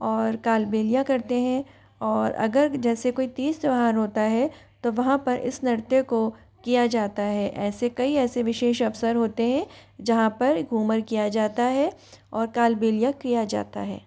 और कालबेलिया करते हैं और अगर जैसे कोई तीज त्यौहार होता है तो वहाँ पर इस नृत्य को किया जाता है ऐसे कई ऐसे विशेष अवसर होते हैं जहाँ पर घूमर किया जाता है और कालबेलिया किया जाता है